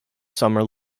summer